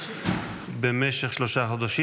נצרת במשך שלושה חודשים.